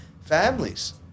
families